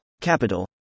Capital